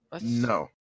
No